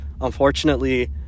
unfortunately